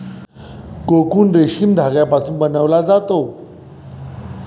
cocoon रेशीम धाग्यापासून बनवला जातो